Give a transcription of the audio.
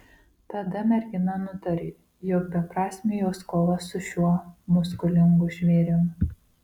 tada mergina nutarė jog beprasmė jos kova su šiuo muskulingu žvėrim